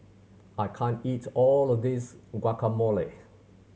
I can't eat all of this Guacamole